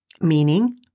Meaning